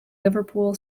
liverpool